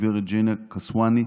גב' ג'נא קסוואני,